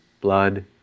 blood